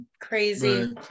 crazy